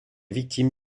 victime